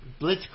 Blitzkrieg